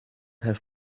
have